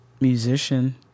musician